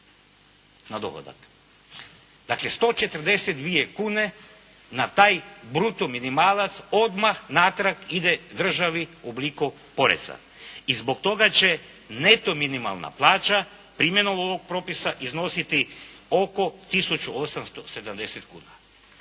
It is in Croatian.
na dohodak. Dakle, 142 kune, na taj bruto minimalac odmah natrag ide državi u obliku poreza. I zbog toga će neto minimalna plaća primjenom ovoga propisa iznositi oko 1870 kuna.